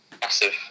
massive